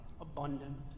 abundant